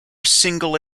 single